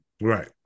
Right